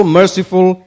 merciful